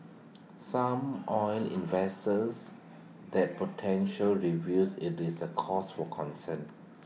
some oil investors that potential reviews IT is A cause for concern